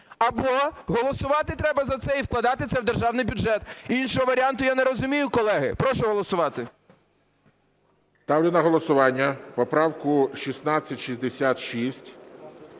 Або голосувати треба за це і вкладати це в державний бюджет, іншого варіанту я не розумію, колеги. Прошу голосувати. ГОЛОВУЮЧИЙ. Ставлю на голосування поправку 1666.